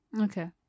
Okay